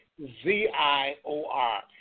Z-I-O-R